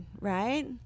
right